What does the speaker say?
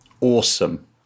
awesome